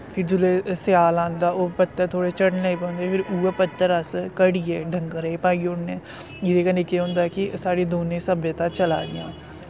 फ्ही जुल्ले स्याला आंदा ओह् पत्तर थोह्ड़े झड़न लगी पौंदे फिर उऐ पत्तर अस क'ड़ीऐ डंगरें पाई ओड़ने जिदे कन्ने केह् होंदे कि साढ़ी दोनें सभ्यता चला दियां